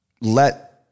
let